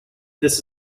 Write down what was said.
this